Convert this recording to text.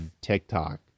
TikTok